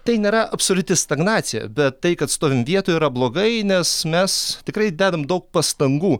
tai nėra absoliuti stagnacija bet tai kad stovim vietoje yra blogai nes mes tikrai dedam daug pastangų